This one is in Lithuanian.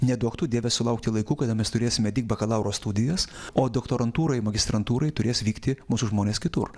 neduok tu dieve sulaukti laikų kada mes turėsime tik bakalauro studijas o doktorantūrai magistrantūrai turės vykti mūsų žmonės kitur